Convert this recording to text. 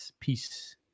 Peace